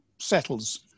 settles